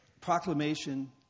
proclamation